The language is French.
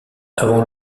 avant